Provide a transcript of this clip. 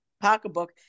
pocketbook